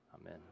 Amen